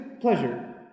pleasure